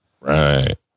Right